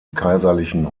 kaiserlichen